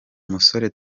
umusore